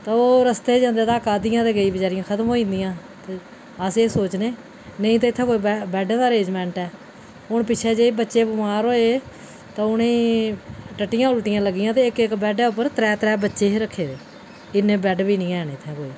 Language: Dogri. तो ओह् रस्ते गै जंदे तक अद्धियां ते केईं बचारियां ते खत्म होई जंदियां अस एह् सोचनें नेईं ते इत्थै कोई बैड्ड दा अरेंजमैंट है हून पिच्छें जेही बच्चे बमार होए ते उ'नें गी टट्टियां उल्टियां लग्गियां ते उ'नें ई इक इक बैड्डै उप्पर त्रै त्रै बच्चे हे रक्खे दे इन्ने बैड्ड बी नेईं हैन इत्थै कोई